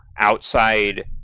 outside